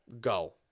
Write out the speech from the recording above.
go